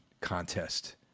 contest